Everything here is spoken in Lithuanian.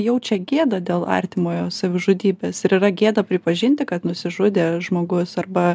jaučia gėdą dėl artimojo savižudybės ir yra gėda pripažinti kad nusižudė žmogus arba